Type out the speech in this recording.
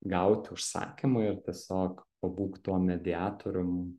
gauti užsakymą ir tiesiog pabūk tuo mediatorium